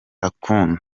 akunda